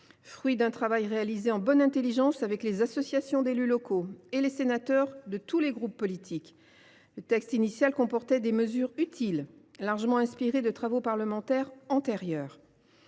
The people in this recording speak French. Fruit d’un travail réalisé en bonne intelligence avec les associations d’élus locaux et les sénateurs de tous les groupes politiques, le texte initial comportait des mesures utiles, largement inspirées de travaux parlementaires antérieurs.